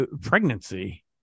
Pregnancy